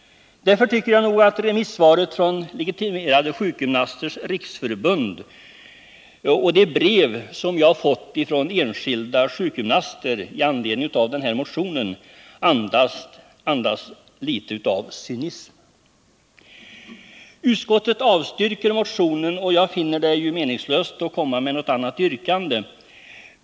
Därför tycker jag nog att remissvaret från Legitimerade sjukgymnasters riksförbund och de brev som jag fått från enskilda sjukgymnaster med anledning av motionen andas litet av cynism. Utskottet avstyrker motionen, och jag finner det meningslöst att komma med något annat yrkande.